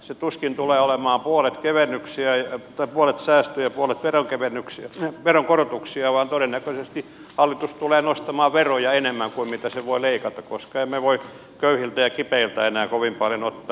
se tuskin tulee olemaan puolet säästöjä ja puolet veronkorotuksia vaan todennäköisesti hallitus tulee nostamaan veroja enemmän kuin mitä se voi leikata koska emme voi köyhiltä ja kipeiltä enää kovin paljon ottaa